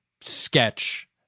sketch